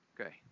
Okay